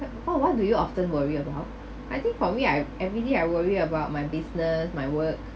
what what do you often worry about I think for me I everyday I worry about my business my work